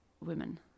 Women